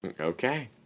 Okay